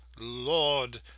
Lord